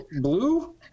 Blue